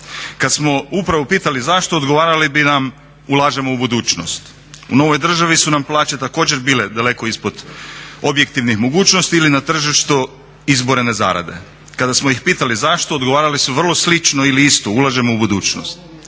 Kad smo upravu pitali zašto odgovarali bi nam ulažemo u budućnost. U novoj državi su nam plaće također bile daleko ispod objektivnih mogućnosti ili na tržištu izborene zarade. Kada smo ih pitali zašto odgovarali su vrlo slično ili isto, ulažemo u budućnost,